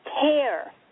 care